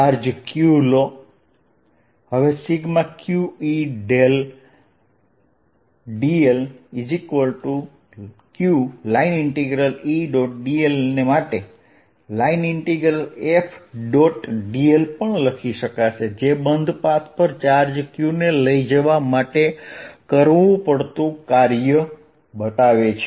charge q લો હવે qEdl qEdl ને માટે Fdl પણ લખી શકાશે જે બંધ પાથ પર ચાર્જ q ને લઈ જવા કરવું પડતું કાર્ય છે